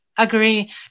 Agree